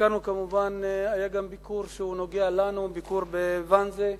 היה גם ביקור שהוא נוגע לנו, ביקור בוואנזה,